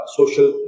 social